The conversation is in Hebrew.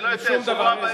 שום דבר.